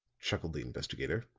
chuckled the investigator,